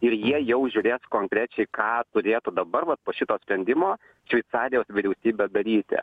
ir jie jau žiūrės konkrečiai ką turėtų dabar vat po šito sprendimo šveicarijos vyriausybė daryti